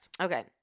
Okay